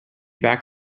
back